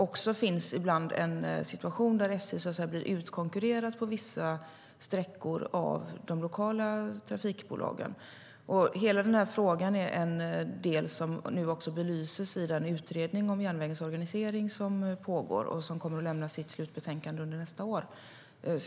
Ibland uppstår en situation där SJ blir utkonkurrerat på vissa sträckor av de lokala trafikbolagen. Hela frågan är en del som belyses i den utredning om järnvägens organisering som pågår och som kommer att lämna sitt slutbetänkande under nästa år.